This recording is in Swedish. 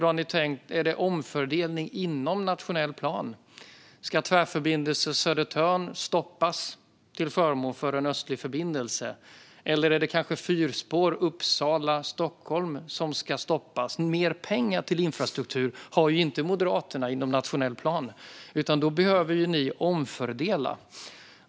Är det genom omfördelning inom nationell plan? Ska Tvärförbindelse Södertörn stoppas till förmån för Östlig förbindelse, eller är det kanske fyrspåret mellan Uppsala och Stockholm som ska stoppas? Mer pengar till infrastruktur har ju inte Moderaterna inom nationell plan, utan då behöver ni omfördela.